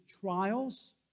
trials